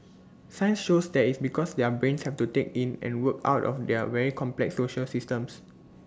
science shows that is because their brains have to take in and work out their very complex social systems